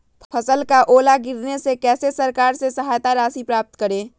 फसल का ओला गिरने से कैसे सरकार से सहायता राशि प्राप्त करें?